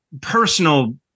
personal